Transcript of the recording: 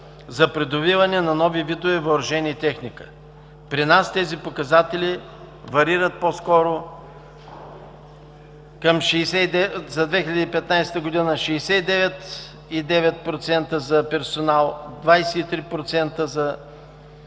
за придобиване на нови видове въоръжение и техника. При нас тези показатели варират по-скоро: за 2015 г. – 69,9% за персонал, 23% за